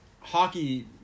hockey